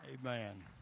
Amen